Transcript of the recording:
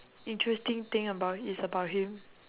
interesting thing about is about him